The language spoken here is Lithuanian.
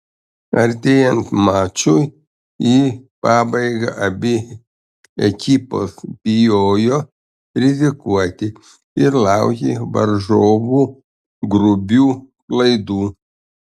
artėjant mačui į pabaigą abi ekipos bijojo rizikuoti ir laukė varžovų grubių klaidų